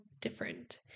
different